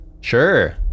Sure